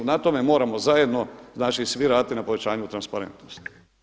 Na tome moramo zajedno, znači svi raditi na povećanju transparentnosti.